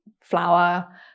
flour